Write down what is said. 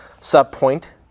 sub-point